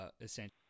essentially